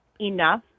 enough